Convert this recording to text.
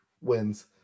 wins